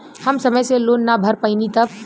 हम समय से लोन ना भर पईनी तब?